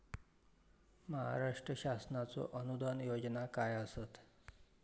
महाराष्ट्र शासनाचो अनुदान योजना काय आसत?